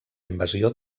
invasió